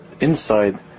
inside